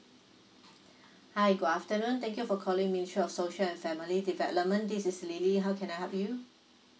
hi good afternoon thank you for calling ministry of social and family development this is lily how can I help you